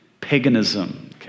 paganism